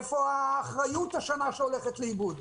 איפה האחריות השנה שהולכת לאיבוד?